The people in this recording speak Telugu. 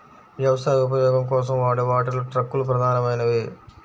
వ్యవసాయ ఉపయోగం కోసం వాడే వాటిలో ట్రక్కులు ప్రధానమైనవి